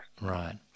Right